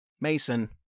Mason